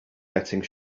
getting